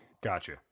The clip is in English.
Gotcha